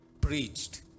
preached